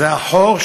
זה החור,